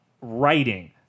writing